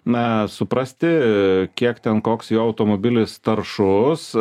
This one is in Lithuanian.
na suprasti kiek ten koks jo automobilis taršus